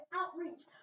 outreach